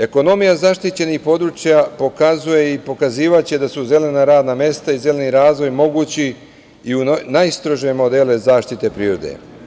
Ekonomija zaštićenih područja pokazuje i pokazivaće da su zelena radna mesta i zeleni razvoj mogući i u najstrožem modelu zaštite prirode.